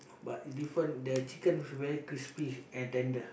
but different the chicken very crispy and tender